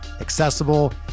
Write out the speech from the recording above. accessible